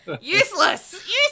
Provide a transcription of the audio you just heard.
useless